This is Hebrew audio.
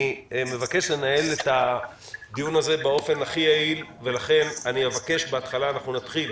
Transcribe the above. אני מבקש לנהל את הדיון הזה באופן הכי יעיל ולכן בהתחלה נתחיל